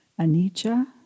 anicca